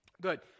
Good